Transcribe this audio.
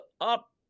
up